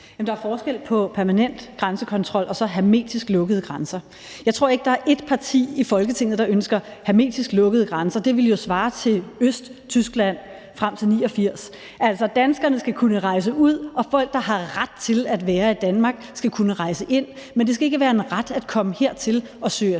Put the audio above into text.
der er forskel på permanent grænsekontrol og så hermetisk lukkede grænser. Jeg tror ikke, der er ét parti i Folketinget, der ønsker hermetisk lukkede grænser. Det ville jo svare til Østtyskland frem til 1989. Altså, danskerne skal kunne rejse ud, og folk, der har ret til at være i Danmark, skal kunne rejse ind. Men det skal ikke være en ret at komme hertil og søge asyl,